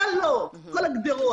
גדרות,